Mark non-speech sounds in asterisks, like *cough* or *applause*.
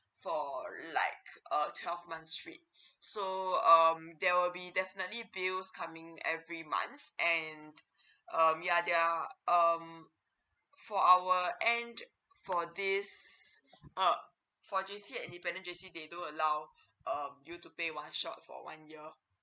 for like a twelve month straight *breath* so um there will be definitely bills coming every month and *breath* um ya their um for our end for this uh for J_C and independent J_C they don't allow *breath* uh you to pay one shot for one year